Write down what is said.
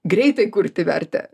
greitai kurti vertę